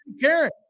karen